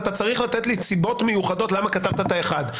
אתה צריך לתת לי סיבות מיוחדות למה כתבת את האחד.